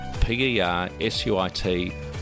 P-E-R-S-U-I-T